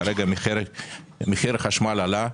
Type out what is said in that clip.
כרגע מחיר החשמל עלה.